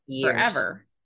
forever